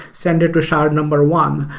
send it to shard number one.